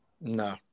No